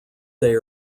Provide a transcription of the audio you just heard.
they